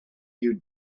you